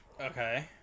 okay